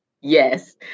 Yes